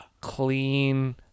clean